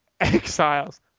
Exiles